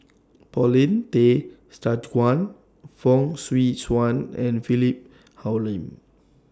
Paulin Tay Straughan Fong Swee Suan and Philip Hoalim